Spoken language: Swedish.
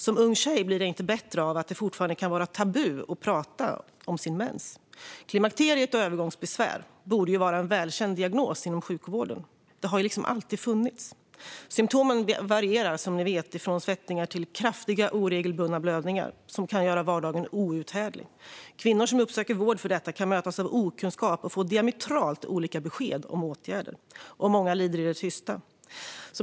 Som ung tjej blir det inte bättre av att det fortfarande kan vara tabu att prata om sin mens. Klimakteriet och övergångsbesvär borde vara en välkänd diagnos inom sjukvården. Det har alltid funnits. Symtomen varierar som ni vet från svettningar till kraftiga oregelbundna blödningar som kan göra vardagen outhärdlig. Kvinnor som uppsöker vård för detta kan mötas av okunskap och få diametralt olika besked om åtgärder, och många lider i det tysta.